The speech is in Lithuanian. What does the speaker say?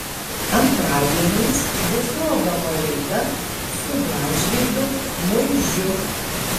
antradieniais bus rodoma laida su gražvydu muižiu